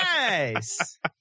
nice